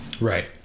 Right